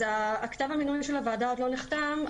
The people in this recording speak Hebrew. אז כתב המינוי של הוועדה עוד לא נחתם.